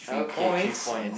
okay three points